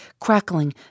crackling